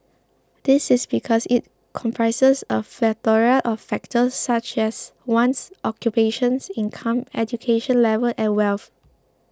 this is because it comprises a plethora of factors such as one's occupation income education level and wealth